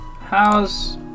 How's